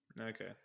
Okay